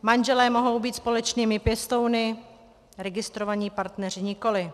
Manželé mohou být společnými pěstouny, registrovaní partneři nikoli.